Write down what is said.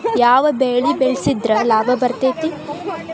ಯಾವ ಬೆಳಿ ಬೆಳ್ಸಿದ್ರ ಲಾಭ ಬರತೇತಿ?